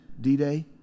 D-Day